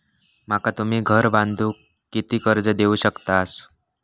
माका तुम्ही घर बांधूक किती कर्ज देवू शकतास?